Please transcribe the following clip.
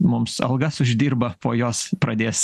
mums algas uždirba po jos pradės